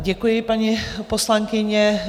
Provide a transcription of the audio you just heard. Děkuji, paní poslankyně.